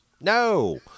No